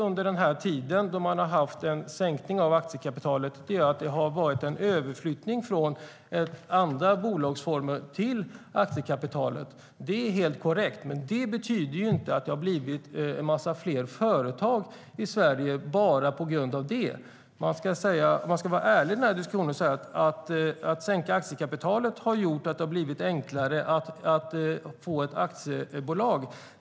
Under den tid då man har haft en sänkning av aktiekapitalet har det varit en överflyttning från andra bolagsformer till aktiebolag - det är helt korrekt. Men det betyder inte att det har blivit en massa fler företag i Sverige, bara på grund av det. Man ska vara ärlig i diskussionen. Att sänka aktiekapitalet har gjort att det har blivit enklare att få ett aktiebolag.